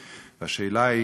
והשאלה,